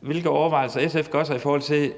hvilke overvejelser SF gør sig, i forhold til